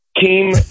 Team